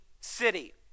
city